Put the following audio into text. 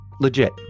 legit